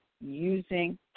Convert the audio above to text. using